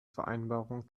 vereinbarung